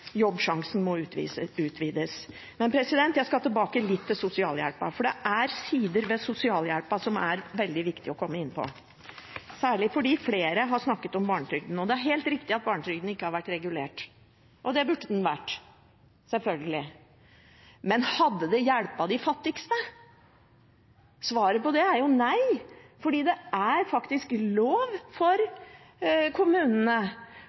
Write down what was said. utvides. Jeg vil litt tilbake til sosialhjelpen, for det er sider ved sosialhjelpen som er veldig viktig å komme inn på, særlig fordi flere har snakket om barnetrygden. Det er helt riktig at barnetrygden ikke har vært regulert, og det burde den selvfølgelig vært, men hadde det hjulpet de fattigste? Svaret på det er nei, for det er faktisk lov for kommunene